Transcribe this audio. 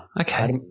okay